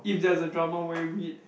if there's a drama will you read